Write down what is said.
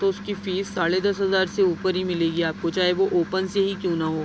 تو اس کی فیس ساڑھے دس ہزار سے اوپر ہی ملے گی آپ کو چاہے وہ اوپن سے ہی کیوں نہ ہو